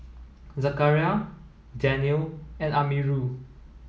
Zakaria Daniel and Amirul